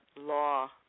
law